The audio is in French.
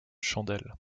chandelle